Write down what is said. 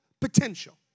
potential